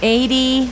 Eighty